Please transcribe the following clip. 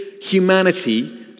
humanity